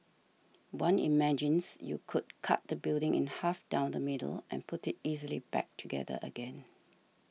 one imagines you could cut the building in half down the middle and put it easily back together again